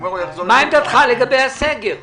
מה עמדתך לגבי הסגר?